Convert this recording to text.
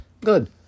good